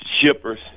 shippers